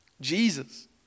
Jesus